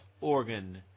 organ